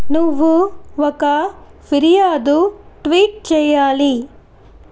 నువ్వు ఒక ఫిర్యాదు ట్వీట్ చెయ్యాలి